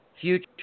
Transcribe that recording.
future